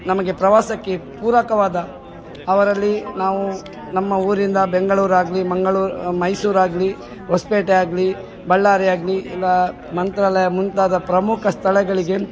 ನಮಗೆ ಪ್ರವಾಸಕ್ಕೆ ಪೂರಕವಾದ ಅವರಲ್ಲಿ ನಾವು ನಮ್ಮ ಊರಿಂದ ಬೆಂಗಳೂರಾಗಲಿ ಮಂಗಳೂ ಮೈಸೂರಾಗಲಿ ಹೊಸಪೇಟೆ ಆಗಲಿ ಬಳ್ಳಾರಿ ಆಗಲಿ ಎಲ್ಲ ಮಂತ್ರಾಲಯ ಮುಂತಾದ ಪ್ರಮುಖ ಸ್ಥಳಗಳಿಗೆ